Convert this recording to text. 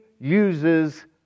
uses